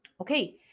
Okay